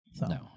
No